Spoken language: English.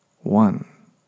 one